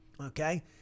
okay